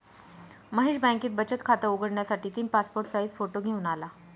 महेश बँकेत बचत खात उघडण्यासाठी तीन पासपोर्ट साइज फोटो घेऊन आला